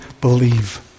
believe